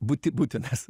būti būtinas